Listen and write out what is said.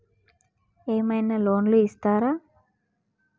ఏమైనా లోన్లు ఇత్తరా?